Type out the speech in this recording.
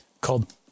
called